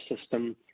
system